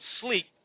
sleep